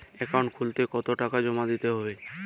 Account খুলতে কতো টাকা জমা দিতে হবে?